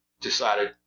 decided